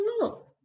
look